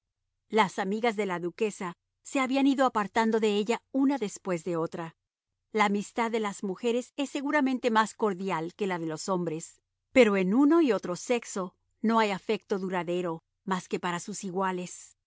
las amigas de la duquesa se habían ido apartando de ella una después de otra la amistad de las mujeres es seguramente más cordial que la de los hombres pero en uno y otro sexo no hay afecto duradero más que para sus iguales